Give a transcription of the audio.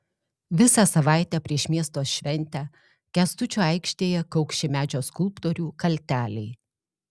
visą savaitę prieš miesto šventę kęstučio aikštėje kaukši medžio skulptorių kalteliai